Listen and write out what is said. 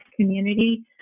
community